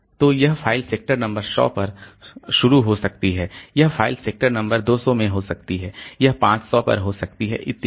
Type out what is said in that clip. तो यह file sector number 100 पर शुरू हो सकती है यह फाइल सेक्टर नंबर 200 में हो सकती है यह 500 पर हो सकती है इत्यादि